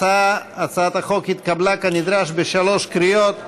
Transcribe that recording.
הצעת החוק התקבלה כנדרש בשלוש קריאות.